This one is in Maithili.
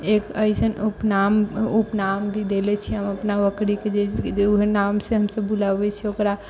एक एसन उपनाम उपनाम भी देले छियै अपना बकरीके जे ओहे नाम से हम सभ बुलअबै छियै ओकरा